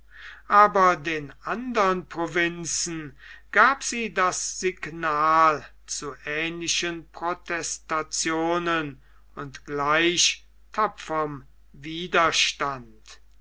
aber den andern provinzen gab sie das signal zu ähnlichen protestationen und gleich tapferm widerstand